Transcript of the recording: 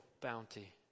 bounty